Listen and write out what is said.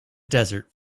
desert